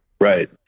right